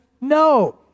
No